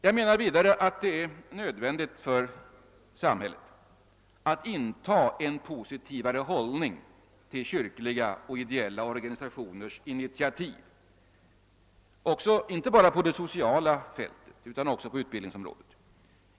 Jag anser vidare att det är nödvändigt för samhället att inta en mera positiv hållning till kyrkliga och ideella organisationers initiativ, inte bara på det sociala fältet utan också på utbildningsområdet.